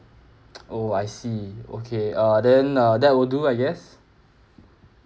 oh I see okay uh then uh that would do I guess